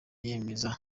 yemeza